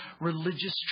religious